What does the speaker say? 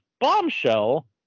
Bombshell